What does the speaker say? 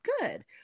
good